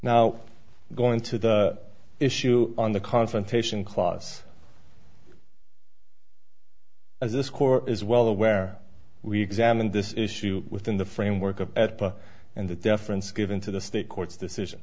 now going to the issue on the confrontation clause as this core is well aware we examined this issue within the framework of and the deference given to the state court's decision